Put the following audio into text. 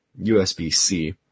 USB-C